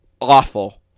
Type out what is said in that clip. awful